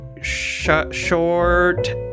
short